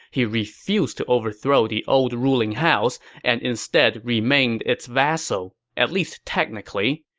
he refused to overthrow the old ruling house and instead remained its vassal, at least technically.